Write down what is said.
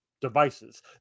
devices